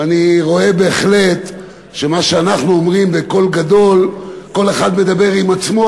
אני רואה בהחלט שמה שאנחנו אומרים בקול גדול כל אחד מדבר עם עצמו,